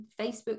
Facebook